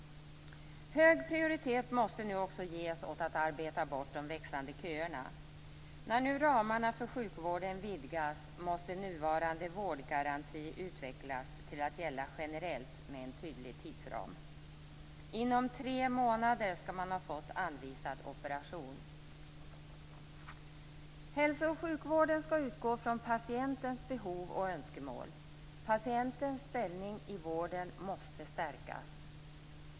Hög prioritet måste också ges åt att arbeta bort de växande köerna. När nu ramarna för sjukvården vidgas måste nuvarande vårdgaranti utvecklas till att gälla generellt med en tydlig tidsram. Inom tre månader skall man ha fått anvisad operation. Hälso och sjukvården skall utgå från patientens behov och önskemål. Patientens ställning i vården måste stärkas.